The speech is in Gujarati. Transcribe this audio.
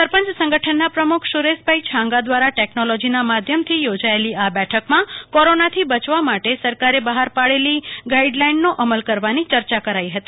સરપંચ સંગઠનના પ્રમુખ સુરેશભાઇ છાંગા દ્વારા ટેકનોલોજીના માધ્યમથી યોજાયેલી આ બેઠકમાં કોરોના થી બચવા માટે સરકારે બહાર પાડેલી ગાઈડલાઈનનો અમલ કરવાની યર્ચા કરી હતી